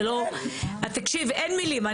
זה לא, תקשיב, אין מילים.